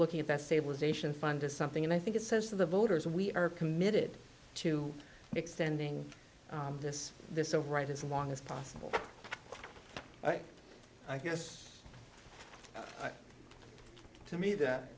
looking at that stabilization fund or something and i think it says to the voters we are committed to extending this this over right as long as possible i guess to me that